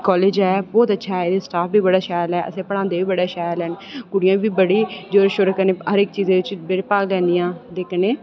college ऐ बहुत अच्छा ऐ एह्दा स्टाफ बी बड़ा शैल ऐ ऐ असेंगी पढांदे बी बड़ा शैल न कुड़ियां बी बड़ी जोश कन्नै हर इक चीज च भाग लैंदियां कन्नै